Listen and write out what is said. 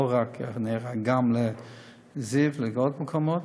לא רק לנהריה, גם לזיו ולעוד מקומות,